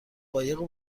قایق